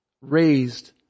raised